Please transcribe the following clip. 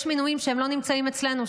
יש מינויים שלא נמצאים אצלנו,